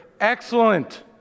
excellent